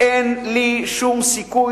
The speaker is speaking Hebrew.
רעייתי מרוויחה הרבה יותר